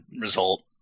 result